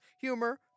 humor